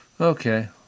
Okay